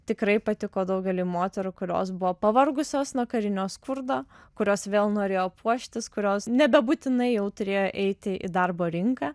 tikrai patiko daugeliui moterų kurios buvo pavargusios nuo karinio skurdo kurios vėl norėjo puoštis kurios nebebūtinai jau turėjo eiti į darbo rinką